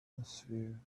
atmosphere